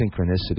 synchronicity